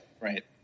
Right